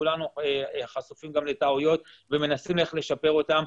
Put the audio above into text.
כולנו חשופים גם לטעויות ומנסים איך לשפר אותן.